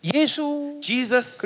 Jesus